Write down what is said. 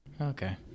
Okay